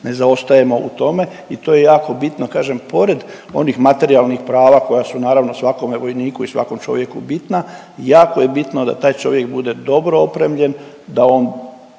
Ne zaostajemo u tome i to je jako bitno, kažem pored onih materijalnih prava koja su naravno svakome vojniku i svakom čovjeku bitna, jako je bitno da taj čovjek bude dobro opremljen, da on